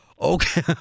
Okay